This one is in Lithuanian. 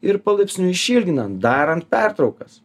ir palaipsniui išilginant darant pertraukas